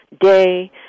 day